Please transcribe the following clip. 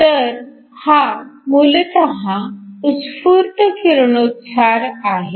तर हा मूलतः उत्स्फूर्त किरणोत्सार आहे